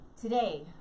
today